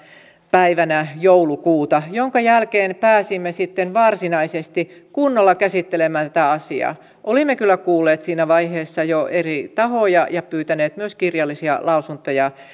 päivänä joulukuuta minkä jälkeen pääsimme sitten varsinaisesti kunnolla käsittelemään tätä asiaa olimme kyllä kuulleet siinä vaiheessa jo eri tahoja ja pyytäneet myös kirjallisia lausuntoja